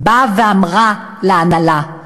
ואמרה להנהלה: